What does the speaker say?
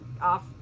off